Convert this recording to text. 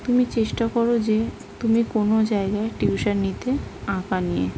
তুমি চেষ্টা করো যে তুমি কোনো জায়গায় টিউশান নিতে আঁকা নিয়ে